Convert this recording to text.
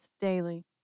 daily